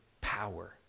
power